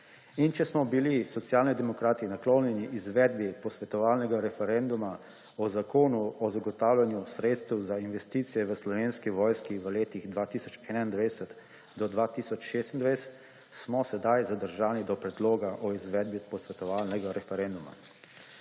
če smo bili Socialni demokrati naklonjeni izvedbi posvetovalnega referenduma o Zakonu o zagotavljanju sredstev za investicije v Slovenski vojski v letih 2021–2026, smo sedaj zadržani do predloga o izvedbi posvetovalnega referenduma.